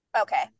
okay